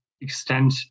extend